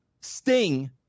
Sting